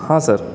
हां सर